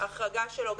ההחרגה שלו.